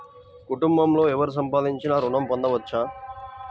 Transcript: కుటుంబంలో ఎవరు సంపాదించినా ఋణం పొందవచ్చా?